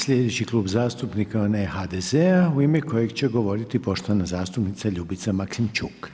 Sljedeći Klub zastupnika je onaj HDZ-a u ime kojeg će govoriti poštovana zastupnica Ljubica Maksimčuk.